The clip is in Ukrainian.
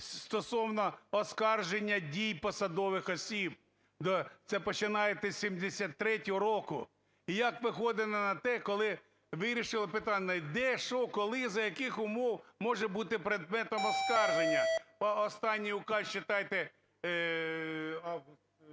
стосовно оскарження дій посадових осіб, це починайте з 73-го року і як виходили на те, коли вирішили питання, де, що, коли, за яких умов може бути предметом оскарження. Останній указ читайте,